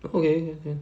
okay okay